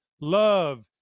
love